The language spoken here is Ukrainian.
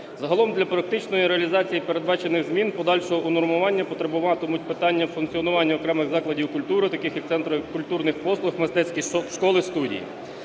Загалом для практичної реалізації передбачених змін подальшого унормування потребуватимуть питання функціонування окремих закладів культури, таких як центри культурних послуг, мистецькі школи, студії.